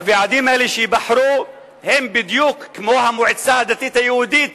הוועדים האלה שייבחרו הם בדיוק כמו המועצה הדתית היהודית